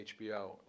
HBO